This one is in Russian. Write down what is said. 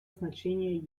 значения